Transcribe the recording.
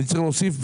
אני צריך להוסיף,